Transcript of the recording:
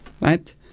Right